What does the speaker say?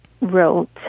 wrote